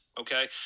okay